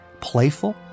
playful